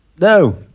No